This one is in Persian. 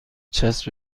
چسب